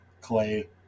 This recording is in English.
clay